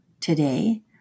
today